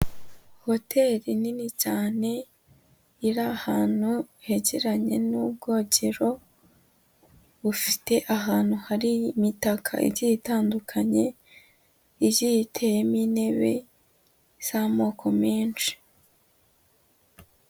Hoteri nini cyane iri ahantu hegeranye n'ubwogero bufite ahantu hari imitaka igiye itandukanye igiye iteyemo intebe z'amoko menshi.